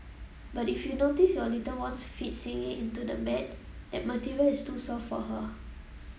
but if you notice your little one's feet sinking into the mat that material is too soft for her